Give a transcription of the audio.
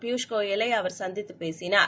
பியூஷ் கோயலை அவர் சந்தித்து பேசினார்